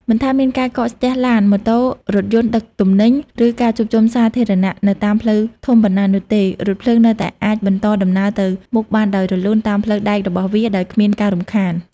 មិនថាមានការកកស្ទះឡាន ម៉ូតូ រថយន្តដឹកទំនិញ ឬការជួបជុំសាធារណៈនៅតាមផ្លូវធំប៉ុណ្ណានោះទេ រថភ្លើងនៅតែអាចបន្តដំណើរទៅមុខបានដោយរលូនតាមផ្លូវដែករបស់វា ដោយគ្មានការរំខាន។